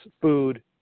food